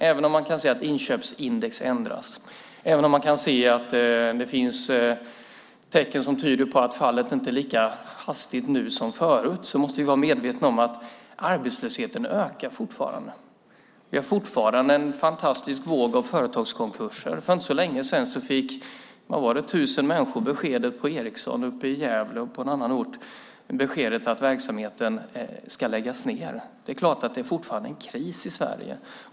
Även om man kan se att inköpsindex ändras och även om man kan se att det finns tecken som tyder på att fallet inte är lika hastigt nu som förut måste vi vara medvetna om att arbetslösheten fortfarande ökar. Vi har fortfarande en stor våg av företagskonkurser. För inte så länge sedan fick tusen människor på Ericsson i Gävle och en annan ort beskedet att verksamheten ska läggas ned. Det är klart att det fortfarande är kris i Sverige.